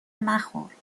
مخور